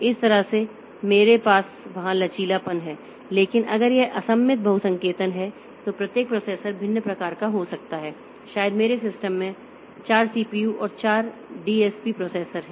इस तरह से मेरे पास वहाँ लचीलापन है लेकिन अगर यह असममित बहुसंकेतन है तो प्रत्येक प्रोसेसर भिन्न प्रकार का हो सकता है शायद मेरे सिस्टम में 4 सीपीयू और 4 डीएसपी प्रोसेसर हैं